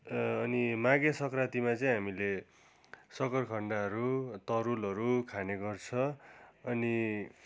अनि माघे सङ्क्रान्तिमा हामीले सकरखन्डहरू तरुलहरू खाने गर्छ अनि